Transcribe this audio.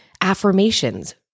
affirmations